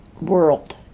world